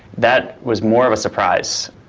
that was more of a surprise.